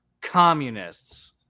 communists